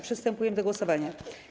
Przystępujemy do głosowania.